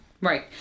Right